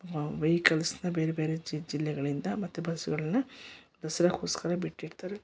ವಾ ವೆಹಿಕಲ್ಸ್ನ ಬೇರೆ ಬೇರೆ ಜಿಲ್ಲೆಗಳಿಂದ ಮತ್ತು ಬಸ್ಸುಗಳನ್ನು ದಸರಾಗೋಸ್ಕರ ಬಿಟ್ಟಿರ್ತಾರೆ